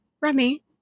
Remy